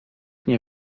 nie